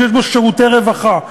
שיש בו שירותי רווחה,